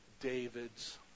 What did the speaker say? David's